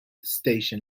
station